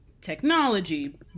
technology